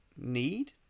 need